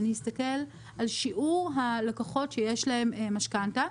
ונסתכל על שיעור הלקוחות שיש להם משכנתא,